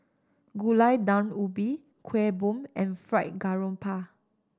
Gulai Daun Ubi Kueh Bom and Fried Garoupa